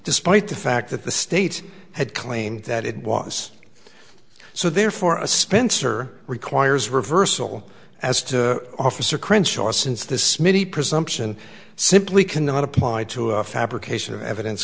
despite the fact that the state had claimed that it was so therefore a spencer requires reversal as to officer crenshaw since this mini presumption simply cannot apply to a fabrication of evidence